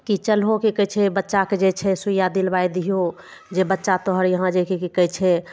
कि चलहो कि कहय छै बच्चाके जे छै सुइया दिलबाइ दिहो जे बच्चा तोहर यहाँ जे कि कि कहय छै